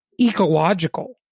ecological